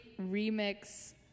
remix